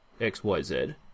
XYZ